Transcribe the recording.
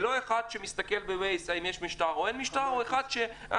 ולא אחד שמסתכל בווייז האם יש משטרה או אין משטרה או אחד שחושב,